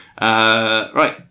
Right